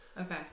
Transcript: okay